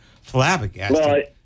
flabbergasted